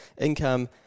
income